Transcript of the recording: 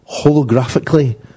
holographically